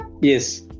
Yes